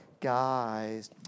Guys